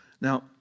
Now